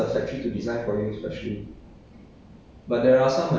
you mean you design as in you design the thing